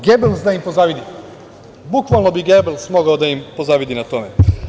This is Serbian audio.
Gebels da im pozavidi, bukvalno bi Gebels mogao da im pozavidi na tome.